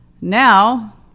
Now